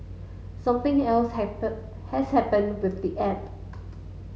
something else has happened with the app